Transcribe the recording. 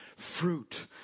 fruit